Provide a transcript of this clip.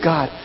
God